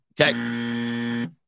Okay